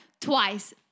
twice